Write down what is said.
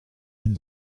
est